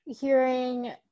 hearing